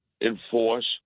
enforce